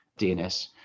DNS